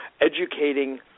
educating